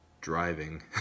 driving